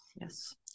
yes